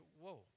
whoa